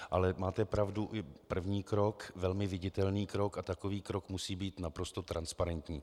Ale máte pravdu, i první krok, velmi viditelný krok, a takový krok musí být naprosto transparentní.